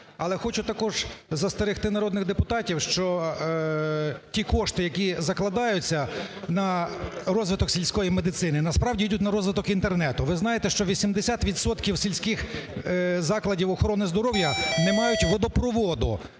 Але хочу також застерегти народний депутатів, що ті кошти, які закладаються на розвиток сільської медицини, насправді ідуть на розвиток Інтернету. Ви знаєте, що 80 відсотків сільських закладів охорони здоров'я не мають водопроводу,